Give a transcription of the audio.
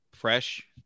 Fresh